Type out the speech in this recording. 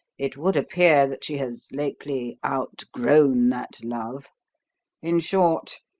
it would appear that she has lately outgrown that love in short,